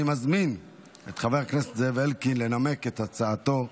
אני מזמין את חבר הכנסת זאב אלקין לנמק את הצעתו.